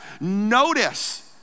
Notice